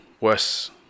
worse